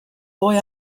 boy